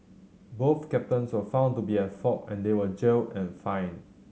both captains were found to be at fault and they were jailed and fined